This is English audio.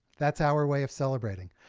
that's our way of celebrating.